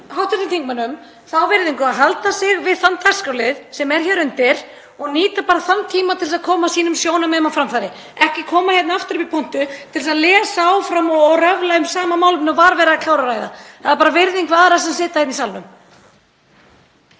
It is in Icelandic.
öðrum hv. þingmönnum þá virðingu að halda sig við þann dagskrárlið sem er hér undir og nýta bara þann tíma til að koma sínum sjónarmiðum á framfæri. Ekki koma hingað aftur upp í pontu til þess að lesa áfram og röfla um sama málefni og var verið að klára að ræða. Það er bara virðing við aðra sem sitja í salnum.